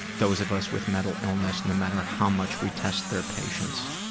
those of us with mental illness, no matter how much we test their patience,